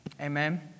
Amen